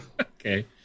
Okay